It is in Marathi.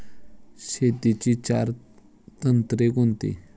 शेतीची चार तंत्रे कोणती?